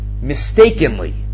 mistakenly